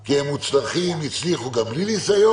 כי הם מוצלחים, הצליחו גם בלי ניסיון.